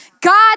God